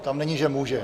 Tam není, že může.